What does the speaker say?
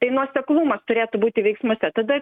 tai nuoseklumas turėtų būti veiksmuose tada